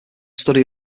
study